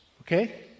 Okay